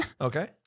Okay